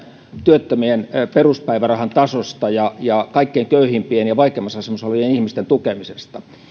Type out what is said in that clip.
työttömien peruspäivärahan tasosta ja ja kaikkein köyhimpien ja vaikeimmassa asemassa olevien ihmisten tukemisesta